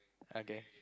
okay